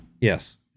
yes